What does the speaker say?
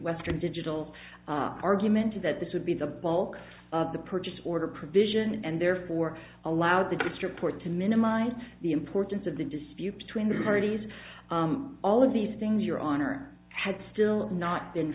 western digital argumenta that this would be the bulk of the purchase order provision and therefore allowed the district court to minimize the importance of the dispute between the parties all of these things your honor had still not been